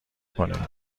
کنین